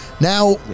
Now